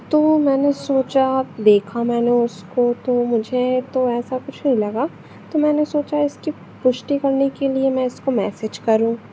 तो मैंने सोचा देखा मैंने उसको तो मुझे तो ऐसा कुछ नहीं लगा तो मैंने सोचा इसकी पुष्टि करने के लिए मैं इसको मैसेज करूँ